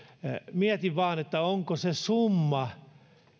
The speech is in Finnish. mietin vain onko se summa